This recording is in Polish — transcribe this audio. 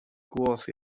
głosy